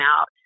out